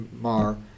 mar